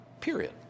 Period